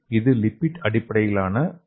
இது லிப்பிட் அடிப்படையிலான nano R